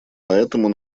поэтому